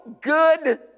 good